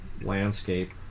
landscape